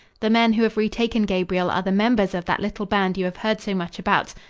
the men who have retaken gabriel are the members of that little band you have heard so much about.